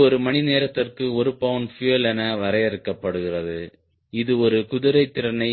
இது ஒரு மணி நேரத்திற்கு ஒரு பவுண்டு பியூயல் என வரையறுக்கப்படுகிறது இது ஒரு குதிரைத்திறனை